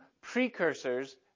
precursors